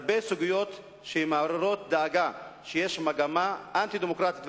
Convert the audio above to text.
הרבה סוגיות שמעוררות דאגה שיש מגמה אנטי-דמוקרטית.